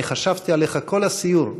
אני חשבתי עליך כל הסיור,